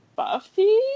Buffy